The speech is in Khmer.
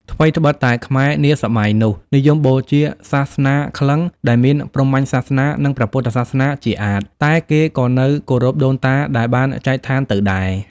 ថ្វីត្បិតតែខ្មែរនាសម័យនោះ និយមបូជាសាសនាក្លិង្គ ដែលមានព្រហ្មញ្ញសាសនា និងព្រះពុទ្ធសាសនាជាអាថិ តែគេក៏នៅគោរពដូនតាដែលបានចែកស្ថានទៅដែរ ។